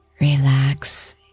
relax